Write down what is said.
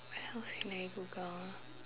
what else can I Google ah